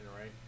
right